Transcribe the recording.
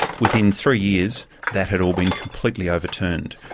within three years, that had all been completely overturned,